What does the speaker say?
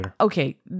Okay